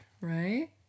Right